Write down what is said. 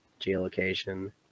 geolocation